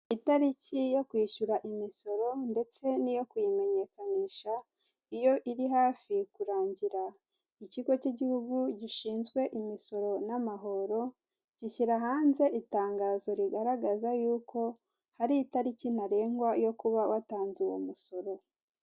Itariki yo kwishyura imisoro ndetse n'iyo kuyimenyekanisha, iyo iri hafi kurangira ikigo cy'igihugu gishinzwe imisoro n'amahoro, gishyira hanze itangazo rigaragaza yuko hari itariki ntarengwa yo kuba watanze uwo musoro.